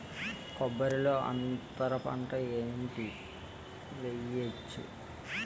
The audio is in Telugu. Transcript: కొబ్బరి లో అంతరపంట ఏంటి వెయ్యొచ్చు?